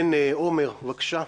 כן, עומר, בבקשה.